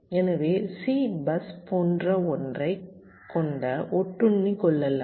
எனவே C bus போன்ற ஒன்றைக் கொண்ட ஒட்டுண்ணி கொள்ளளவு